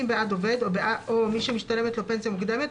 בעד עובד או מי שמשתלמת לו פנסיה מוקדמת,